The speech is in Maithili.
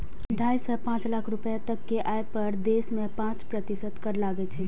ढाइ सं पांच लाख रुपैया तक के आय पर देश मे पांच प्रतिशत कर लागै छै